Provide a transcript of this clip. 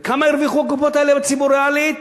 וכמה הרוויחו הקופות האלה לציבור ריאלית,